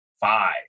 five